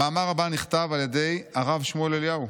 המאמר הבא נכתב על ידי הרב שמואל אליהו.